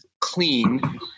clean